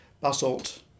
basalt